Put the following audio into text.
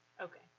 Okay